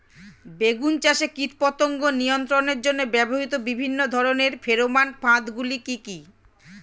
বেগুন চাষে কীটপতঙ্গ নিয়ন্ত্রণের জন্য ব্যবহৃত বিভিন্ন ধরনের ফেরোমান ফাঁদ গুলি কি কি?